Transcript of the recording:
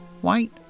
white